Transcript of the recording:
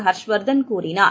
ஹர்ஷ்வர்தன் கூறினார்